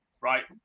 right